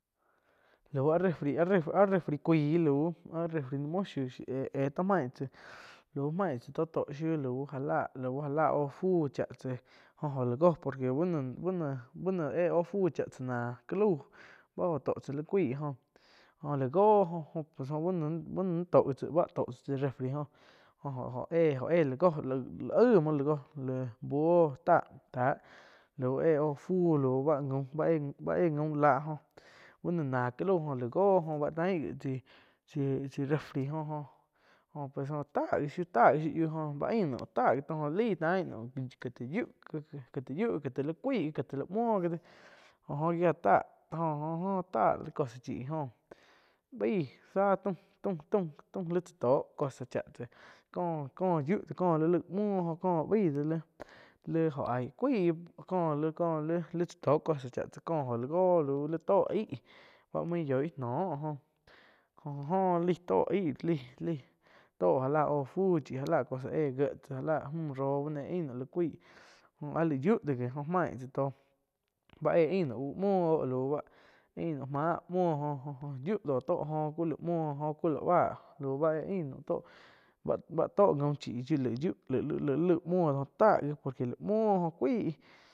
Lauh áh refri, áh refri cuaí lau áh refri naih muoh shiu éh-éh tó main tsáh lauh main tsá tó, to tsáh lauh já láh oh fu cha tsá ho jo oh la jo por que bu no- bu no éh oh fu náh ca lau bá jo toh tzá li cuaih joh-joh la go oh bu no-bu no nain to tsá chai refri jóh oh éh-oh éh láh joh láh aig mouh la goh laih buoh táh. Tá éh oh fu lauh ba gaum ba éh gaum lah joh bu noh náh ká lauh goh oh báh tain wi tsai refri jo-jo pues tá gí, tá gi shiu oh, jó tha gi taum go laí tain naum ka tih yiuh, ka ti yhiu ká ti li cuaih ka ti li muho ji do jo oh gia táh, oh-oh táh cosa chih oh baih zá taum, taum li tsá toh cosa cha tsáh. Có-có yiuh lih laig muoh jóh baih do li, li jo aí cuaí ko li-ko li tsá tó cosa cha tsá jo la go lau li tó aig báh main yoih noh. Joh-joh laih tóh aig. Lai-lai tó já la oh fuh já la cosa éh já lah mju roh e´h ain naum la cuaí joh áh laig yiuh do gi main tsáh tóh ba éh ain naum uh muoh oh lau báh ain máh muoh jo-jo yiu do tó oh ku la muoh ku la báh, báh éh ain naum tó bá-bá tó gaum chi laih yih laig li laih muho tá gi por que la muoh cuaig.